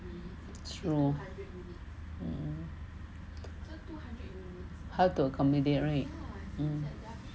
true mm how to accommodate right